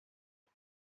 qui